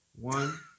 One